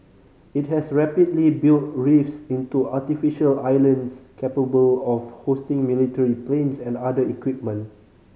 it has rapidly built reefs into artificial islands capable of hosting military planes and other equipment